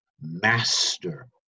master